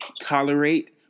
tolerate